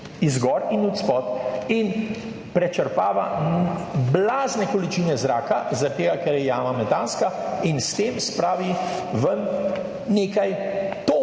iz gor in od spodaj in prečrpava blazne količine zraka zaradi tega, ker je jama metanska, in s tem spravi ven nekaj ton